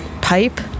pipe